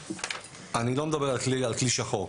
אני לא מדבר על כלי שחור.